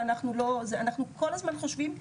אנחנו כל הזמן חושבים,